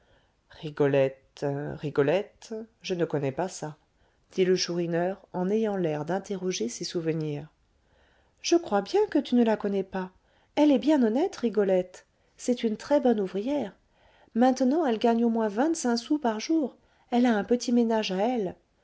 rigolette rigolette je ne connais pas ça dit le chourineur en ayant l'air d'interroger ses souvenirs je crois bien que tu ne la connais pas elle est bien honnête rigolette c'est une très-bonne ouvrière maintenant elle gagne au moins vingt-cinq sous par jour elle a un petit ménage à elle